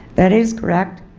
that is correct.